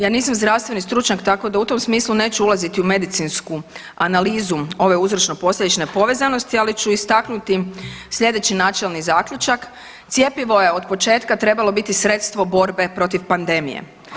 Ja nisam zdravstveni stručnjak, tako da u tom smislu neću ulaziti u medicinsku analizu ove uzročno-posljedične povezanosti, ali ću istaknuti sljedeći načelni zaključak, cjepivo je od početka trebalo biti sredstvo borbe protiv pandemije.